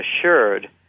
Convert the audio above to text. assured